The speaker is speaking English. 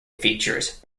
features